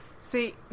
See